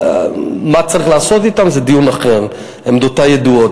מה צריך לעשות אתם זה דיון אחר, עמדותי ידועות.